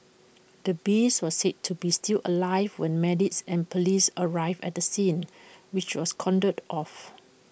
the beast was said to be still alive when medics and Police arrived at the scene which was cordoned off